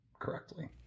correctly